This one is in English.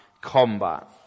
combat